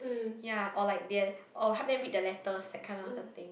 ya or like they're or help them read the letters that kind of a thing